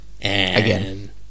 Again